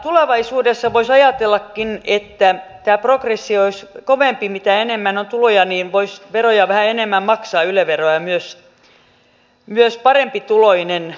tulevaisuudessa voisikin ajatella että tämä progressio olisi sitä kovempi mitä enemmän on tuloja niin voisi veroja yle veroa vähän enemmän maksaa myös parempituloinen